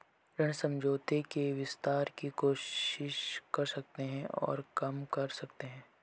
ऋण समझौते के विस्तार की कोशिश कर सकते हैं और काम कर सकते हैं